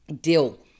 Dill